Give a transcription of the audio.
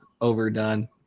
overdone